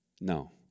No